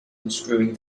unscrewing